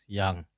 young